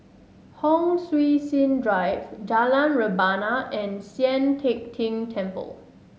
Hon Sui Sen Drive Jalan Rebana and Sian Teck Tng Temple